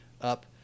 up